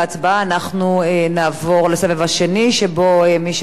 אנחנו נעבור לסבב השני שבו מי שלא הספיק או